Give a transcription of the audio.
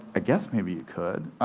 guess maybe you could.